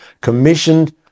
commissioned